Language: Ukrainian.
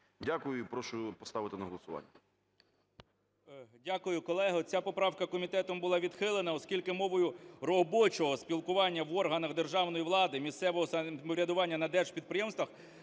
Дякую. І прошу поставити на голосування.